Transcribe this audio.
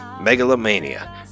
Megalomania